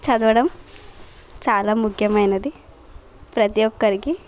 చదవడం చాలా ముఖ్యమైనది ప్రతి ఒక్కరికి